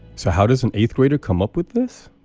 so how does an eighth-grader come up with this?